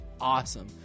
awesome